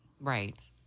Right